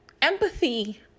Empathy